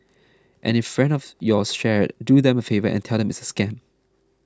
and if friend of yours share it do them a favour and tell them it's a scam